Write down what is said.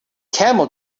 camel